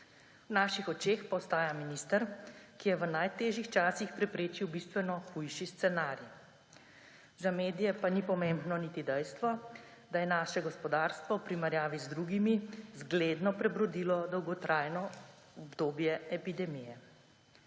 V naših očeh pa ostaja minister, ki je v najtežjih časih preprečil bistveno hujši scenarij. Za medije pa ni pomembno niti dejstvo, da je naše gospodarstvo v primerjavi z drugimi zgledno prebrodilo dolgotrajno obdobje epidemije.